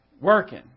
working